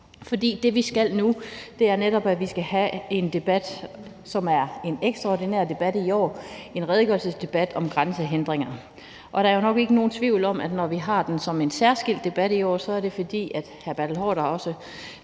For det, vi skal nu, er netop, at vi skal have en debat, som er en ekstraordinær debat i år, nemlig en redegørelsesdebat om grænsehindringer. Der er jo nok ikke nogen tvivl om, at når vi har den som en særskilt debat i år, så er det også, fordi hr. Bertel Haarder har